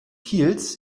kiels